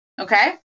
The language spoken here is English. Okay